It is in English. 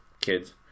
kids